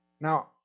Now